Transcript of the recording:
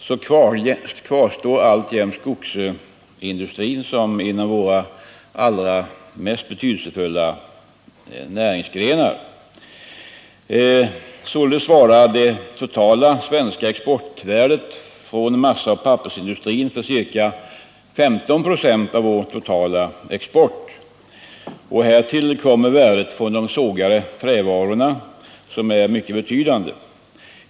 så kvarstår alltjämt skogsindustrin som en av våra mest betydelsefulla näringsgrenar. Således svarar det totala svenska exportvärdet från massaoch pappersindustrin för ca 15 96 av vår totala export. Härtill kommer värdet från de sågade trävarorna, som är mycket betydande.